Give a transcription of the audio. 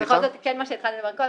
בכל זאת מה שהתחלנו לדבר קודם,